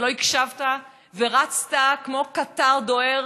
אתה לא הקשבת ורצת כמו קטר דוהר